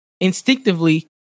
instinctively